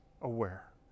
aware